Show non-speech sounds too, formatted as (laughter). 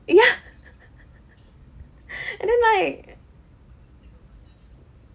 ya (laughs) and then like